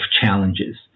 challenges